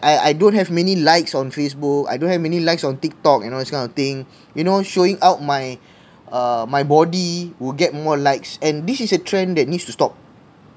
I I don't have many likes on Facebook I don't have many likes on Tiktok you know these kind of thing you know showing out my uh my body will get more likes and this is a trend that needs to stop